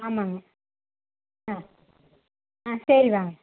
ஆமாங்க ஆ ஆ சரி வாங்க